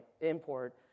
import